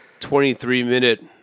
23-minute